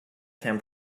can